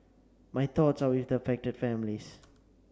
my thoughts are with the affected families